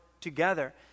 together